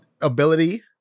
Ability